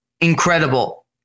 incredible